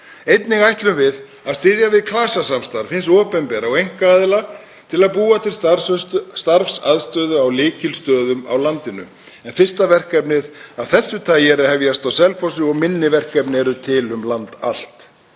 Einnig ætlum við að styðja við klasasamstarf hins opinbera og einkaaðila til að búa til starfsaðstöðu á lykilstöðum á landinu, en fyrsta verkefnið af þessu tagi er að hefjast á Selfossi og minni verkefni eru til um land allt.